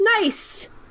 Nice